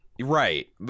right